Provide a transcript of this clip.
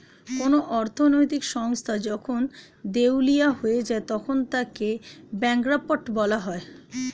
কোন অর্থনৈতিক সংস্থা যখন দেউলিয়া হয়ে যায় তখন তাকে ব্যাঙ্করাপ্ট বলা হয়